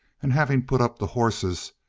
and having put up the horses,